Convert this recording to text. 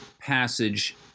passage